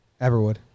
Everwood